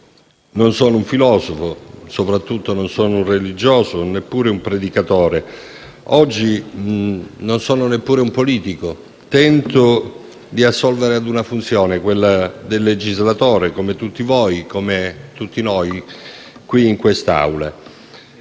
non sono un filosofo, soprattutto non sono un religioso e neppure un predicatore; oggi non sono neppure un politico; tento di assolvere a una funzione, quella del legislatore, come tutti noi in quest'Aula.